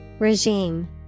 Regime